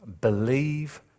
believe